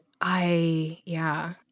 I—yeah